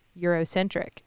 Eurocentric